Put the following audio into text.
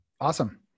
Awesome